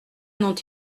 n’ont